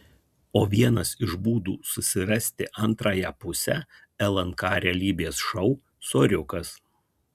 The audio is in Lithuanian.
o vienas iš būdų susirasti antrąją pusę lnk realybės šou soriukas